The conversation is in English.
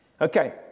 Okay